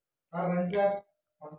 Pension కి apply చేసుకోవడం ఎలా?